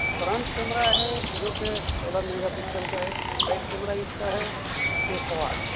front camera ہے جو کہ سولہ میگا پکسل کا ہے بیک کیمرہ اس کا ہے ایک سو آٹھ